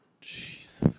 Jesus